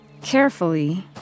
Carefully